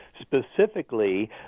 Specifically